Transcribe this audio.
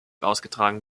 ausgetragen